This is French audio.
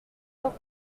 hors